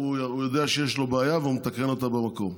הוא יודע שיש לו בעיה והוא מתקן אותה במקום.